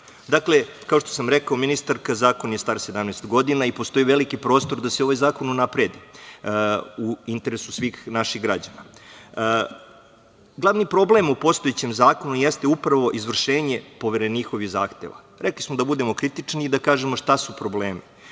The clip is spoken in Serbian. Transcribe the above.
kao što sam rekao, ministarka, Zakon je star 17 godina, i postoji veliki prostor da se ovaj Zakon unapredi u interesu svih naših građana. Glavni problem u postojećem Zakonu jeste upravo izvršenje Poverenikovih zahteva. Rekli smo da budemo kritični i da kažemo šta su problemi.